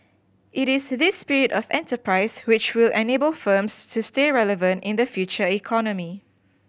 it is this spirit of enterprise which will enable firms to stay relevant in the future economy